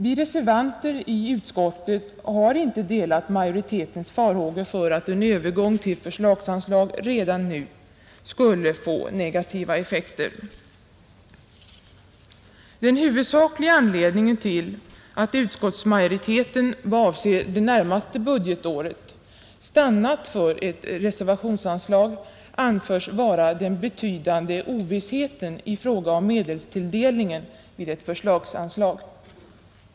Vi reservanter i utskottet har inte delat majoritetens farhågor för att en övergång till förslagsanslag redan nu skulle få negativa effekter. Den huvudsakliga anledningen till att utskottsmajoriteten — vad avser det närmaste budgetåret — stannat för ett reservationsanslag anförs vara den betydande ovissheten i fråga om medelstilldelningen vid ett förslagsanslag.